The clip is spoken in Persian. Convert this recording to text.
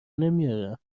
نمیآورم